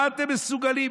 מה אתם מסוגלים?